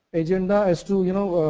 agenda is to, you know,